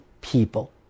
people